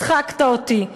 הצחקת אותי.